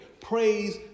Praise